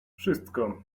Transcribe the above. wszystko